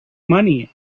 money